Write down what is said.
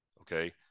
okay